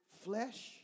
flesh